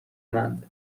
کنند